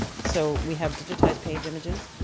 so we have digitized page images.